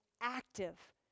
active